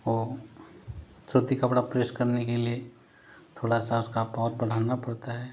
वो सूती कपड़ा प्रेस करने के लिए थोड़ा सा उसका पौर बढ़ाना पड़ता है